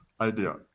idea